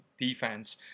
defense